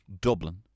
Dublin